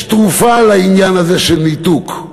יש תרופה לעניין הזה של ניתוק.